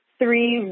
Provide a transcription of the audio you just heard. three